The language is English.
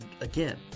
again